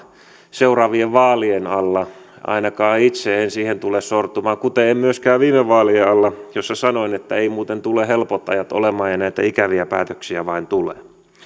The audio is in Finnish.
seuraavien vaalien alla ainakaan itse en tule siihen sortumaan kuten en myöskään viime vaalien alla jolloin sanoin että ei muuten tule helpot ajat olemaan ja näitä ikäviä päätöksiä vain tulee